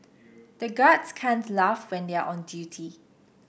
the guards can't laugh when they are on duty